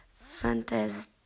fantasy